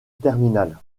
terminale